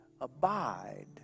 abide